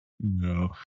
No